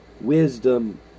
Wisdom